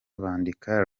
bandika